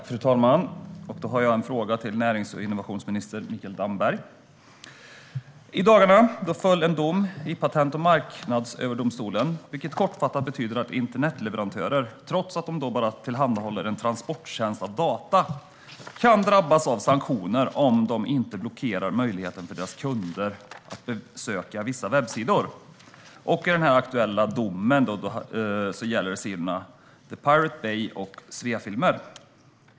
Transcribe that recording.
Fru talman! Jag har en fråga till närings och innovationsminister Mikael Damberg. I dagarna föll en dom i Patent och marknadsöverdomstolen som kortfattat betyder att internetleverantörer, trots att de bara tillhandahåller en datatransporttjänst, kan drabbas av sanktioner om de inte blockerar kundernas möjlighet att besöka vissa webbsidor. I den aktuella domen gäller det sidorna The Pirate Bay och Swefilmer.